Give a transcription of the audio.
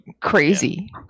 crazy